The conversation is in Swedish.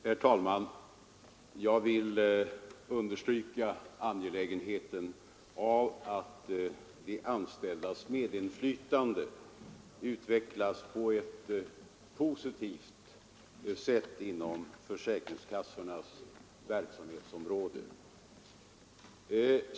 Herr talman! Jag vill understryka angelägenheten av att de anställdas medinflytande utvecklas på ett positivt sätt inom försäkringskassornas verksamhetsområde.